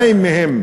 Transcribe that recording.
2 מהם